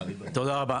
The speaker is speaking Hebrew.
תודה רבה.